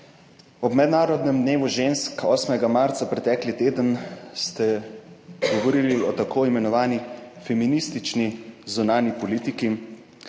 Ob mednarodnem dnevu žensk, 8. marca pretekli teden ste govorili o tako imenovani feministični zunanji politiki